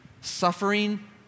suffering